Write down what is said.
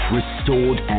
restored